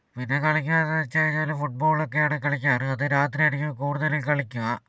പിന്നെ കളിക്കുന്നത് എന്ന് വെച്ച് കഴിഞ്ഞാല് ഫുട്ബോളൊക്കെയാണ് കളിക്കാറ് അത് രാത്രിയായിരിക്കും കൂടുതലും കളിക്കുക